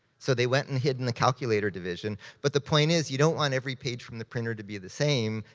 so they went and hid in the calculator division. but the point is, you don't want every page from the printer to be the same.